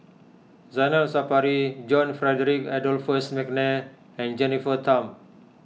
Zainal Sapari John Frederick Adolphus McNair and Jennifer Tham